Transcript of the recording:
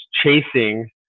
chasing